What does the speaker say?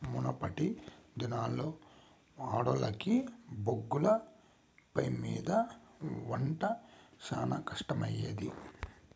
మునపటి దినాల్లో ఆడోల్లకి బొగ్గుల పొయ్యిమింద ఒంట శానా కట్టమయ్యేది